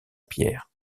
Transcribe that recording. pierre